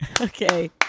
Okay